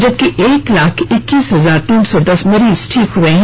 जबकि एक लाख इक्सीस हजार तीन सौ दस मरीज ठीक हए हैं